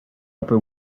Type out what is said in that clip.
upper